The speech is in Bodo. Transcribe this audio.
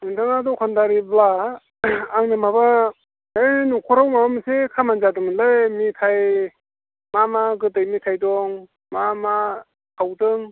नोंथाङा दखानदारिब्ला आंनि माबा ओइ न'खराव माबा मोनसे खामानि जादोंमोनलै मेथाय मा मा गोदै मेथाय दं मा मा सावदों